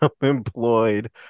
employed